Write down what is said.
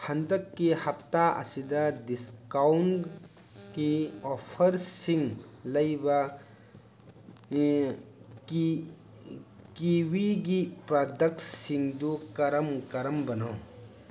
ꯍꯟꯗꯛꯀꯤ ꯍꯞꯇꯥ ꯑꯁꯤꯗ ꯗꯤꯁꯀꯥꯎꯟ ꯀꯤ ꯑꯣꯐꯔꯁꯤꯡ ꯂꯩꯕ ꯀꯤꯋꯤꯒꯤ ꯄ꯭ꯔꯗꯛꯁꯤꯡꯗꯨ ꯀꯔꯝ ꯀꯔꯝꯕꯅꯣ